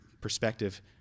perspective